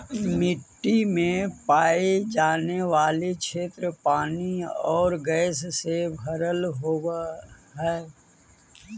मिट्टी में पाई जाने वाली क्षेत्र पानी और गैस से भरल होवअ हई